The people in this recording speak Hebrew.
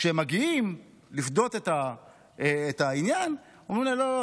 כשמגיעים לפדות את העניין אומרים להם: לא,